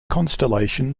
constellation